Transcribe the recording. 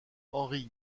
henry